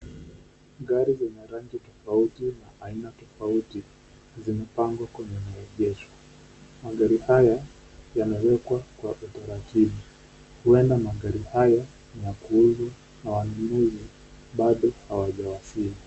Gari lina rangi tofauti na aina tofauti zimepangwa kwenye maegesho. Magari haya yamewekwa kwa utaratibu. Huenda magari haya ni ya kuuzwa na wanunuzi bado hawajawasili.